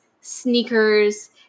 sneakers